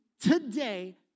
today